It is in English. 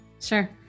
Sure